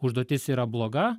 užduotis yra bloga